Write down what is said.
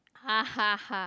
ha ha ha